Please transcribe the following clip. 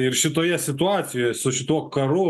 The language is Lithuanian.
ir šitoje situacijoje su šituo karu